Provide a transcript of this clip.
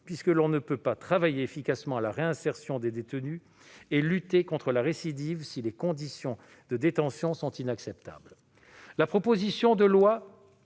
puisque l'on ne peut pas travailler efficacement à la réinsertion des détenus et lutter contre la récidive si les conditions de détention sont inacceptables. La proposition de loi